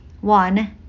one